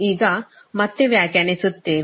ಈಗ ಮತ್ತೆ ವ್ಯಾಖ್ಯಾನಿಸುತ್ತೇವೆ